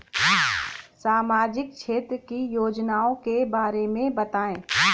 सामाजिक क्षेत्र की योजनाओं के बारे में बताएँ?